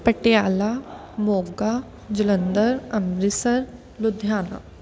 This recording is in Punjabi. ਪਟਿਆਲਾ ਮੋਗਾ ਜਲੰਧਰ ਅੰਮ੍ਰਿਤਸਰ ਲੁਧਿਆਣਾ